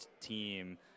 team